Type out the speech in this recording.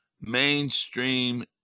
mainstream